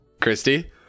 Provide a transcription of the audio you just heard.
Christy